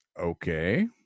okay